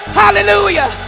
hallelujah